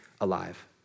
alive